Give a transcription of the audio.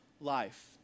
life